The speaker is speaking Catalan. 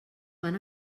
van